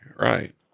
right